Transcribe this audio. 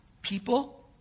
People